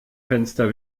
fenster